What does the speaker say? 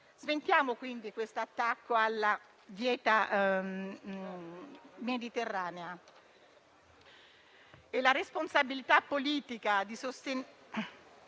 Sventiamo quindi questo attacco alla dieta mediterranea